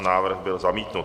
Návrh byl zamítnut.